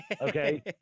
Okay